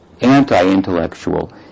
anti-intellectual